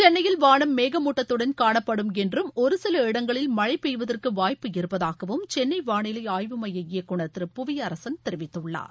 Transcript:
சென்னையில் வானம் மேகமூட்டத்துடன் காணப்படும் என்றும் ஒரு சில இடங்களில் மழை பெய்வதற்கு வாய்ப்பு இருப்பதாகவும் சென்னை வானிலை ஆய்வு மைய இயக்குநர் திரு புவியரசன் தெரிவித்துள்ளார்